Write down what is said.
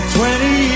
twenty